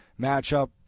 matchup